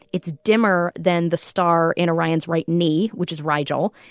it's dimmer than the star in orion's right knee, which is rigel.